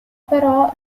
però